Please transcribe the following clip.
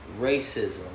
racism